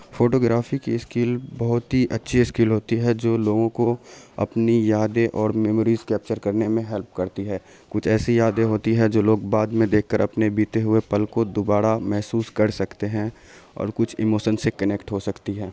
photography کی skill بہت ہی اچھی اسکل ہوتی ہے جو لوگوں کو اپنی یادیں اور میموریز کیپچر کرنے میں ہیلپ کرتی ہے کچھ ایسی یادیں ہوتی ہے جو لوگ بعد میں دیکھ کر اپنے بیتے ہوئے پل کو دوبارہ محسوس کر سکتے ہیں اور کچھ ایموشن سے کنیکٹ ہو سکتی ہیں